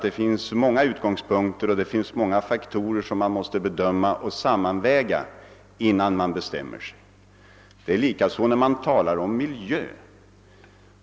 Det finns många utgångspunkter, och det finns många faktorer som man måste bedöma och sammanväga innan man bestämmer sig. Likadant är det när man talar om miljö.